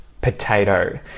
potato